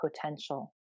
potential